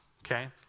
okay